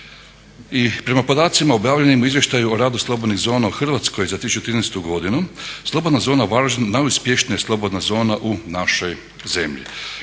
I prema podacima objavljenim u izvještaju o radu slobodnih zona u Hrvatskoj za 2013. godinu slobodna zona Varaždin najuspješnija je slobodna zona u našoj zemlji.